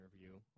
interview